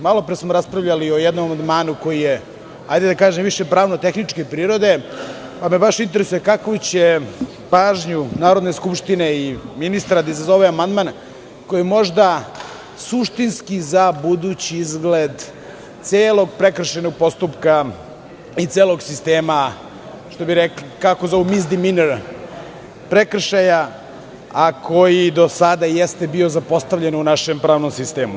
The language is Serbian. Malopre smo raspravljali o jednom amandmanu koji je, da tako kažem, više pravno-tehničke prirode, pa me baš interesuje kakvu će pažnju Narodne skupštine i ministara da izazove amandman koji je možda suštinski za budući izgled celog prekršajnog postupka i celog sistema, kako zovu "misdiminr"prekršaja, a koji do sada jeste bio zapostavljen u našem pravnom sistemu.